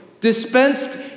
dispensed